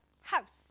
house